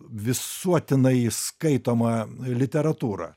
visuotinai skaitoma literatūra